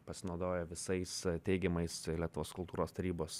pasinaudojo visais teigiamais lietuvos kultūros tarybos